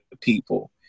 people